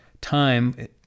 time